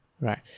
Right